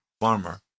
farmer